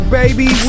baby